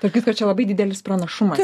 tarp kitko čia labai didelis pranašumas